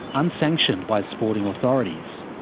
unsanctioned by sporting authorities.